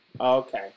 Okay